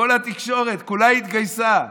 כל התקשורת כולה התגייסה.